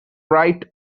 right